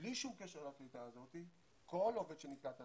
בלי שום קשר לקליטה הזאת, כל עובד שנקלט לנמל,